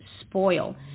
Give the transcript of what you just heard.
spoil